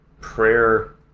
Prayer